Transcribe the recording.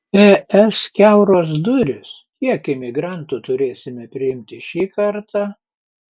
es kiauros durys kiek imigrantų turėsime priimti šį kartą